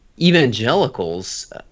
Evangelicals